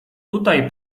tutaj